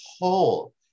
whole